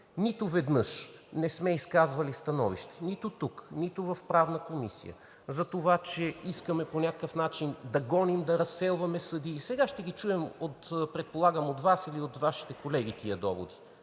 Нито веднъж не сме изказвали становище – нито тук, нито в Правната комисия, за това, че искаме по някакъв начин да гоним, за разселваме съдии. Сега предполагам ще ги чуем от Вас или от Вашите колеги тези доводи.